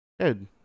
Good